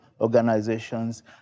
organizations